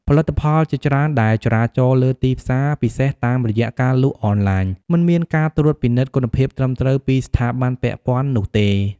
ផលិតផលជាច្រើនដែលចរាចរណ៍លើទីផ្សារ ពិសេសតាមរយៈការលក់អនឡាញ មិនមានការត្រួតពិនិត្យគុណភាពត្រឹមត្រូវពីស្ថាប័នពាក់ព័ន្ធនោះទេ។